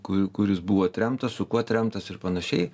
kuj kur jis buvo tremtas su kuo tremtas ir panašiai